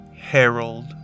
Harold